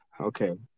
Okay